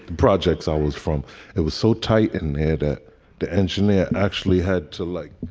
projects i was from it was so tight in here that the engineer actually had to, like,